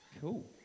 Cool